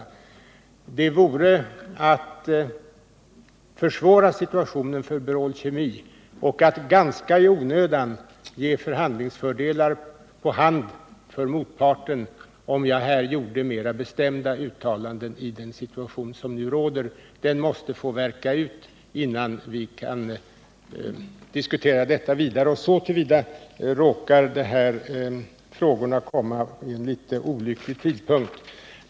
Det vore att försvåra situationen för Berol Kemi AB och att i onödan ge förhandlingsfördelar på hand för motparten, om jag i den rådande situationen gjorde mera bestämda uttalanden. Den måste få värka ut innan vi kan diskutera vidare. Så till vida råkar frågorna komma vid en något olycklig tidpunkt.